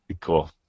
Cool